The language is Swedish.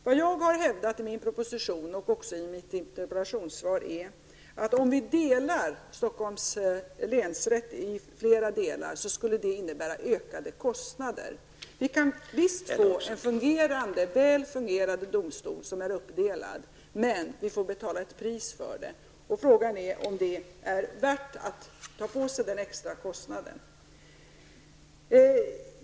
Vad jag har hävdat i min proposition och också i mitt interpellationssvar är att om vi delar Stockholms länsrätt i flera delar skulle det innebära ökade kostnader. Vi kan visst få en väl fungerande domstol som är uppdelad, men vi får betala ett pris för det. Frågan är om det är värt att ta på sig den extra kostnaden.